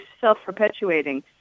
self-perpetuating